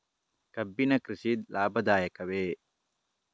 ಕಬ್ಬಿನ ಕೃಷಿ ಲಾಭದಾಯಕವೇ?